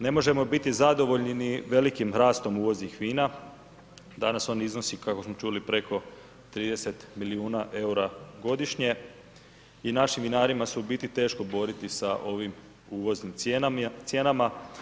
Ne možemo biti zadovoljni velikim rastom uvoznih vina, danas on iznosi kako smo čuli preko 30 milijuna EUR-a godišnje i našim vinarima se u biti teško boriti sa ovim uvoznim cijenama.